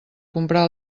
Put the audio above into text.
comprar